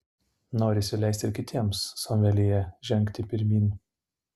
norisi leisti ir kitiems someljė žengti pirmyn